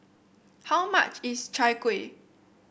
how much is Chai Kuih